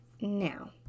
now